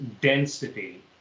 density